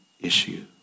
issue